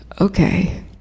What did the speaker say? Okay